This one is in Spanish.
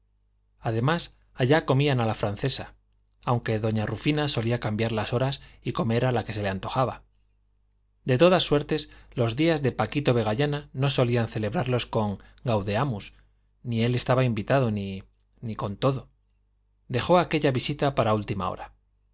además allá comían a la francesa aunque doña rufina solía cambiar las horas y comer a la que se le antojaba de todas suertes los días de paquito vegallana no solían celebrarlos con gaudeamus ni él estaba invitado ni con todo dejó aquella visita para última hora